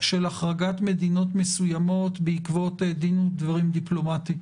על החרגת מדינות מסוימות בעקבות דין ודברים דיפלומטי.